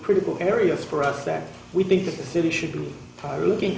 critical areas for us that we think that the city should be looking at